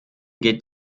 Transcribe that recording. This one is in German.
geht